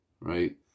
Right